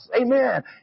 Amen